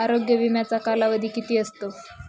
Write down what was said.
आरोग्य विम्याचा कालावधी किती असतो?